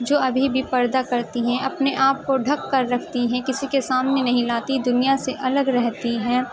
جو ابھی بھی پردہ کرتی ہیں اپنے آپ کو ڈھک کر رکھتی ہیں کسی کے سامنے نہیں لاتیں دنیا سے الگ رہتی ہیں